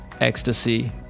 ecstasy